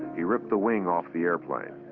he ripped the wing off the airplane.